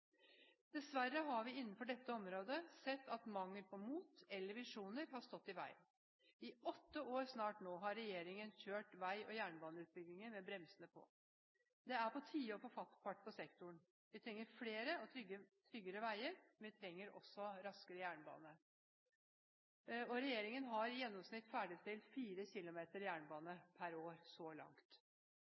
Dessverre har vi innenfor dette området sett at mangel på mot eller visjoner har stått i veien. I snart åtte år har regjeringen kjørt vei- og jernbaneutbygging med bremsene på. Det er på tide å få fart på sektoren. Vi trenger flere og tryggere veier, men vi trenger også en raskere jernbane. Regjeringen har så langt i gjennomsnitt ferdigstilt 4 km jernbane per år.